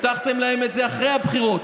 הבטחתם להם את זה אחרי הבחירות,